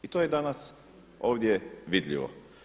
I to je danas, ovdje vidljivo.